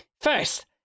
first